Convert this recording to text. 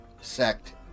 sect